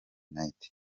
night